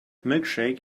milkshake